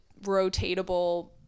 rotatable